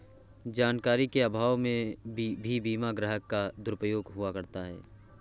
जानकारी के अभाव में भी बीमा ग्राहक का दुरुपयोग हुआ करता है